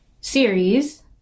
series